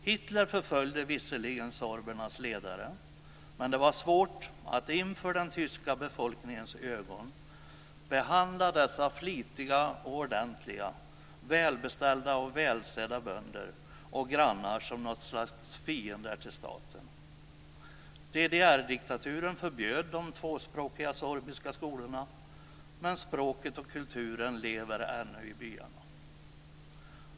Hitler förföljde visserligen sorbernas ledare, men det var svårt att inför den tyska befolkningens ögon behandla dessa flitiga och ordentliga, välbeställda och välsedda bönder och grannar som något slags fiender till staten. DDR-diktaturen förbjöd de tvåspråkiga sorbiska skolorna, men språket och kulturen lever ännu i byarna.